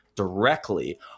directly